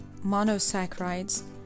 monosaccharides